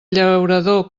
llaurador